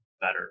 better